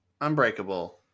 Unbreakable